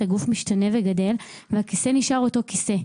הגוף משתנה וגדל והכיסא נשאר אותו כיסא.